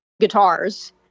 guitars